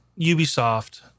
Ubisoft